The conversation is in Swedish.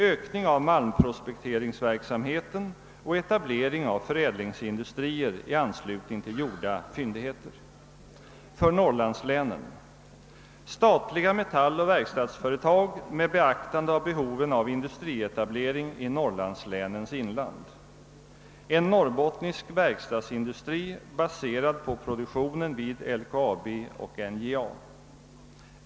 Ökning av malmprospekteringsverksamheten och = etablering av förädlingsindustrier i anslutning till gjorda fyndigheter. För norrlandslänen: Statliga metalloch verkstadsföretag med beaktande av behoven av industrietablering i norrlandslänens inland. En norrbottnisk verkstadsindustri baserad på produktionen vid LKAB och NJA.